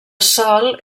sol